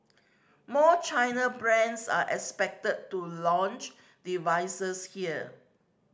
more China brands are expected to launch devices here